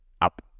up